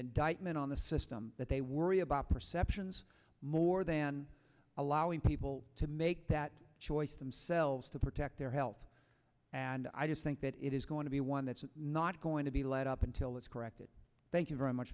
indictment on the system that they worry about perceptions more than allowing people to make that choice themselves to protect their health and i just think that it is going to be one that's not going to be let up until it's corrected thank you very much